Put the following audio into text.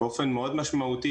באופן מאוד משמעותי,